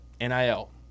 NIL